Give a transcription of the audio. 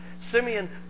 Simeon